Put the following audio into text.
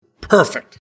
perfect